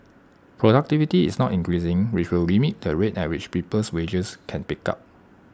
productivity is not increasing which will limit the rate at which people's wages can pick up